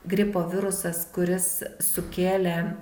gripo virusas kuris sukėlė